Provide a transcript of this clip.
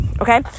Okay